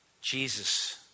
Jesus